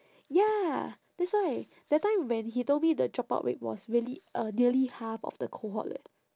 ya that's why that time when he told me the dropout rate was really uh nearly half of the cohort leh